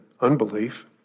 unbelief